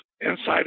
Inside